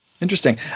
Interesting